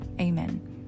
Amen